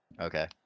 Okay